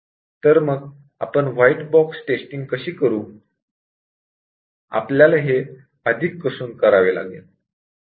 तर मग आपण व्हाइट बॉक्स टेस्टिंग कशी करू